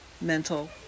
mental